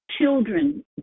children